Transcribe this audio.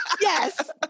Yes